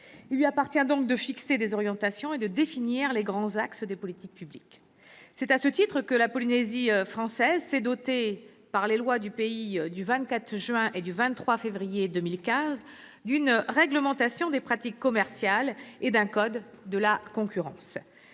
Il lui appartient de fixer des orientations et de définir les grands axes des politiques publiques. C'est à ce titre que la Polynésie française s'est dotée, par les lois du pays du 24 juin et du 23 février 2015, d'une réglementation des pratiques commerciales et d'un code de la concurrence.